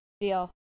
deal